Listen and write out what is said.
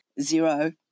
zero